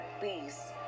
peace